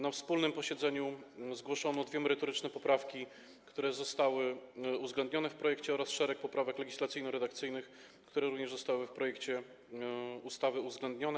Na wspólnym posiedzeniu zgłoszono dwie merytoryczne poprawki, które zostały uwzględnione w projekcie, oraz szereg poprawek legislacyjno-redakcyjnych, które również zostały w projekcie ustawy uwzględnione.